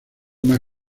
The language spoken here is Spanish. más